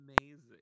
Amazing